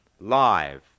live